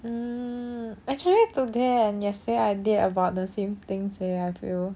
mm actually today and yesterday I did about the same things leh I feel